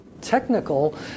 technical